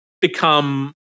become